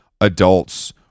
adults